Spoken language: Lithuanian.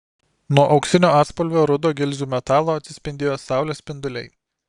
nuo auksinio atspalvio rudo gilzių metalo atsispindėjo saulės spinduliai